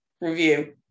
review